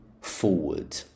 forward